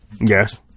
Yes